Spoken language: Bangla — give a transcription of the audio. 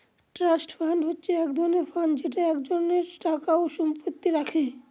ট্রাস্ট ফান্ড হচ্ছে এক রকমের ফান্ড যেটা একজনের টাকা ও সম্পত্তি রাখে